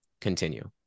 continue